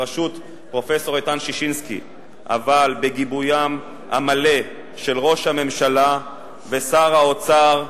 בראשות פרופסור איתן ששינסקי אבל בגיבוים המלא של ראש הממשלה ושר האוצר,